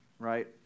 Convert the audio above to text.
right